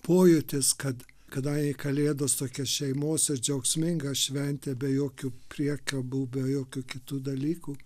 pojūtis kad kadangi kalėdos tokia šeimos džiaugsminga šventė be jokių priekabų be jokių kitų dalykų